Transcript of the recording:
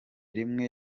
rimwe